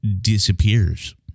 disappears